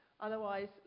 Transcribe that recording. Otherwise